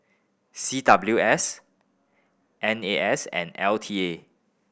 C W S N A S and L T A